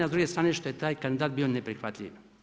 A s druge strane što je taj kandidat bio neprihvatljiv.